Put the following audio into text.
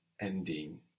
ending